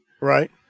Right